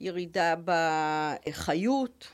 ירידה בחיות